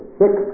six